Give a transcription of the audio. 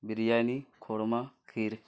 biryani korma کھیر